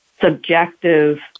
subjective